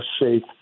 safe